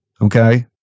Okay